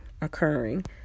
occurring